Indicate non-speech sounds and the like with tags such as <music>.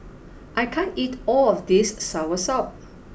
<noise> I can't eat all of this Soursop